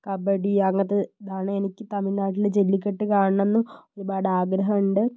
കബഡി അങ്ങനത്തെ ഇതാണ് എനിക്ക് തമിഴ്നാട്ടിലെ ജെല്ലിക്കെട്ട് കാണണം എന്ന് ഒരുപാട് ആഗ്രഹമുണ്ട്